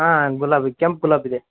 ಹಾಂ ಗುಲಾಬಿ ಕೆಂಪು ಗುಲಾಬಿ ಇದೆ